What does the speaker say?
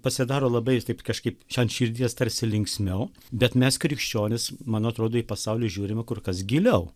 pasidaro labai taip kažkaip ant širdies tarsi linksmiau bet mes krikščionys man atrodo į pasaulį žiūrime kur kas giliau